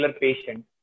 patient